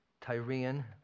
Tyrian